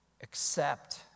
accept